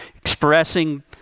Expressing